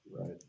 right